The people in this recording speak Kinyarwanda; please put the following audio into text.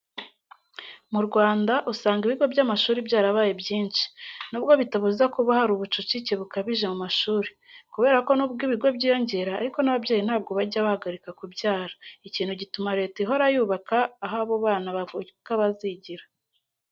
Mu Rwanda usanga ibigo by'amashuri byarabaye byinshi, nubwo bitabuza kuba hari ubucucike bukabije mu mashuri, kubera ko nubwo ibigo byiyongera ariko n'ababyeyi ntabwo bajya bahagarika kubyara, ikintu gituma Leta ihora yubaka aho abo bana bavuka bazigira.